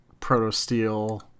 protosteel